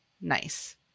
nice